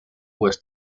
uues